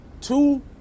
Two